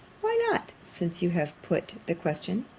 why not? since you have put the question.